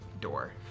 door